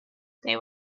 they